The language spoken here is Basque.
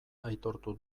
aitortu